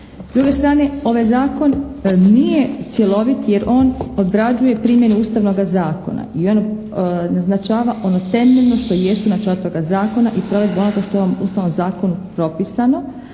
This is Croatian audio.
S druge strane ovaj zakon nije cjelovit jer on obrađuje primjenu ustavnoga zakona i on naznačava ono temeljno što jest načelo toga zakona i provedba onoga što je ustavnim zakonom propisano,